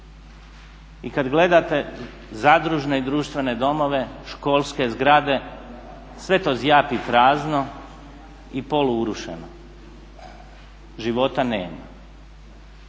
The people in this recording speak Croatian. I kad gledate zadružne i društvene domove, školske zgrade, sve to zjapi prazno i poluurušeno, života nema.